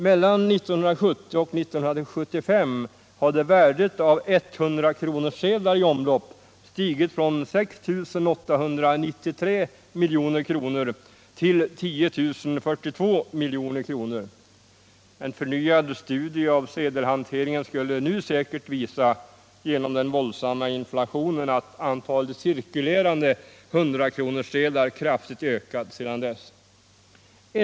Mellan 1970 och 1975 hade värdet av 100-kronorssedlar i omlopp stigit från 6 893 milj.kr. till 10 042 milj.kr. En förnyad studie av se delhanteringen skulle nu säkert visa, till följd av den våldsamma inflationen, att antalet cirkulerande 100-kronorssedlar kraftigt ökat sedan 1975.